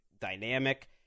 dynamic